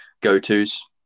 go-tos